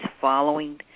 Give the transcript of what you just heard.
following